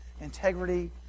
integrity